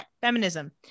Feminism